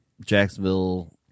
Jacksonville